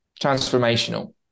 transformational